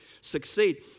succeed